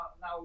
now